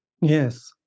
yes